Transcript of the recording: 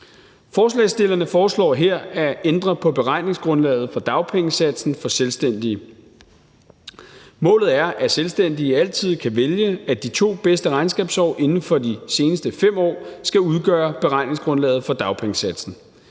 Forslagsstillerne foreslår her at ændre på beregningsgrundlaget for dagpengesatsen for selvstændige. Målet er, at selvstændige altid kan vælge, at de 2 bedste regnskabsår inden for de seneste 5 år skal udgøre beregningsgrundlaget for dagpengesatsen.